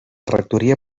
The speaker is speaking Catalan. rectoria